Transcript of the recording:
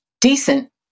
decent